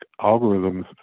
algorithms